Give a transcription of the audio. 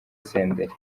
senderi